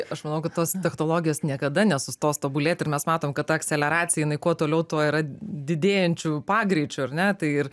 aš manau kad tos technologijos niekada nesustos tobulėti ir mes matom kad ta akceleracija jinai kuo toliau tuo yra didėjančiu pagreičiu ar ne tai ir